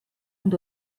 und